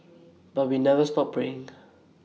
but we never stop praying